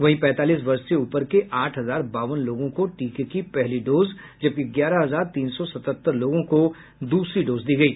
वहीं पैंतालीस वर्ष से ऊपर के आठ हजार बावन लोगों को टीके की पहली डोज जबकि ग्यारह हजार तीन सौ सतहत्तर लोगों को दूसरी डोज दी गयी